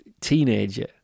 teenager